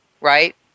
Right